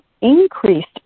increased